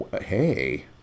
hey